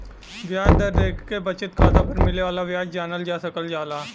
ब्याज दर देखके बचत खाता पर मिले वाला ब्याज जानल जा सकल जाला